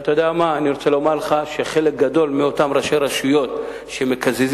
אני רוצה לומר לך שחלק גדול מאותם ראשי רשויות שמקזזים